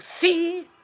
see